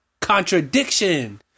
Contradiction